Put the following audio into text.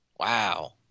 Wow